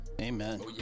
amen